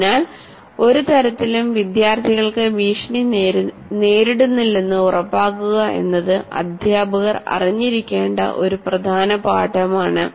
അതിനാൽ ഒരു തരത്തിലും വിദ്യാർത്ഥികൾക്ക് ഭീഷണി നേരിടുന്നില്ലെന്ന് ഉറപ്പാക്കുക എന്നത് അധ്യാപകർ അറിഞ്ഞിരിക്കേണ്ട ഒരു പ്രധാന പാഠമാണ്